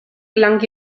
gelang